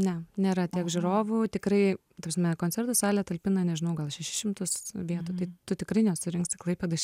ne nėra tiek žiūrovų tikrai ta prasme koncertų salė talpina nežinau gal šešis šimtus vietų tu tikrai nesurinksi klaipėdoj še